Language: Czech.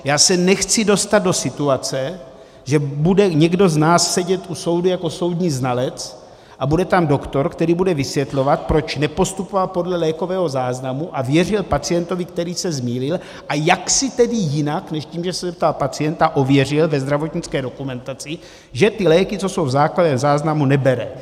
Já se nechci dostat do situace, že bude někdo z nás sedět u soudu jako soudní znalec a bude tam doktor, který bude vysvětlovat, proč nepostupoval podle lékového záznamu, a věřil pacientovi, který se zmýlil, a jak si tedy jinak než tím, že se zeptá pacienta, ověřil ve zdravotnické dokumentaci, že ty léky, co jsou v záznamu, nebere.